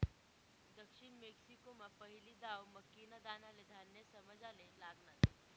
दक्षिण मेक्सिकोमा पहिली दाव मक्कीना दानाले धान्य समजाले लागनात